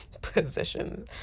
positions